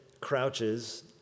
crouches